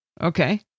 Okay